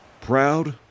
Proud